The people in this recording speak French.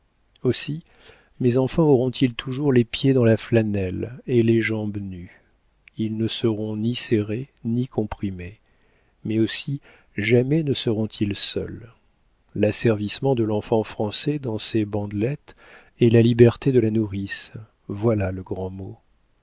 aussi mes enfants auront-ils toujours les pieds dans la flanelle et les jambes nues ils ne seront ni serrés ni comprimés mais aussi jamais ne seront-ils seuls l'asservissement de l'enfant français dans ses bandelettes est la liberté de la nourrice voilà le grand mot